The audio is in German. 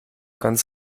ganz